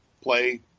play